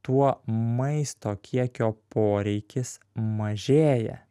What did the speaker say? tuo maisto kiekio poreikis mažėja